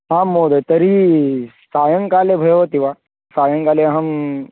आं महोदय तर्हि सायङ्काले भवति वा सायङ्काले अहम्